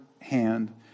hand